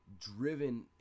driven